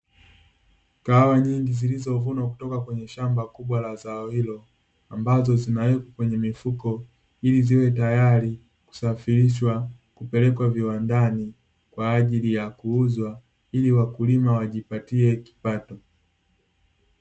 Kahawa nyingi zilizovunwa kutoka kwenye shamba kubwa la zao hilo, ambazo zinawekwa kwenye mifuko ili ziwe tayari kusafirishwa kupelekwa viwandani, kwa ajili ya kuuzwa, ili wakulima wajipatie kipato.